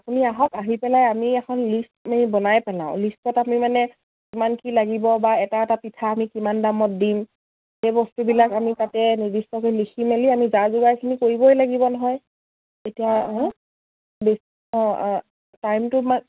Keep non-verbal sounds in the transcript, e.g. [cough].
আপুনি আহক আহি পেলাই আমি এখন লিষ্ট আমি বনাই পেলাওঁ লিষ্টত আমি মানে কিমান কি লাগিব বা এটা এটা পিঠা আমি কিমান দামত দিম সেই বস্তুবিলাক আমি তাতে নিদিষ্ট কৰি লিখি মেলি আমি যা যোগাৰখিনি কৰিবই লাগিব নহয় এতিয়া বেছ অঁ টাইমটো [unintelligible]